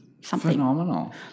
Phenomenal